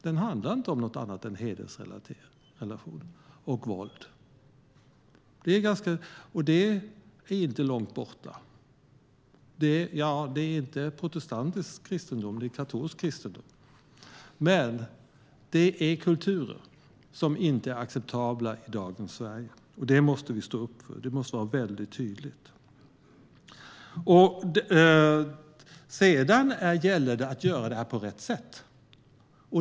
Den handlar inte om något annat än hedersrelationer och våld. Det är inte långt borta. Det är inte protestantisk kristendom; det är katolsk kristendom. Men det är kulturer som inte är acceptabla i dagens Sverige. Det måste vi stå upp för. Det måste vara väldigt tydligt. Sedan gäller det att göra det här på rätt sätt.